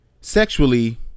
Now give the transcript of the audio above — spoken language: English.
sexually